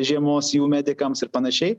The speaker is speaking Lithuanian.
žiemos jų medikams ir panašiai